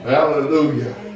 Hallelujah